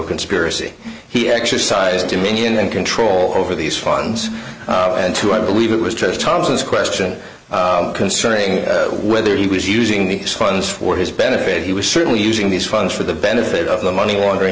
conspiracy he exercised dominion and control over these funds and to i believe it was just thompson's question concerning whether he was using these funds for his benefit he was certainly using these funds for the benefit of the money laundering